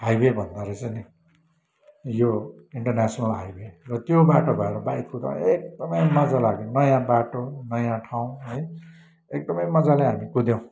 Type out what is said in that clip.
highway भन्दो रहेछ नि यो इन्टरनेसनल हाइवे त्यो बाटो भएर बाइक कुदाएँ एकदमै मज्जा लाग्यो नयाँ बाटो नयाँ ठाउँ है एकदमै मज्जाले हामी कुद्यौँ